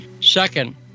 Second